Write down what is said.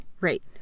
Right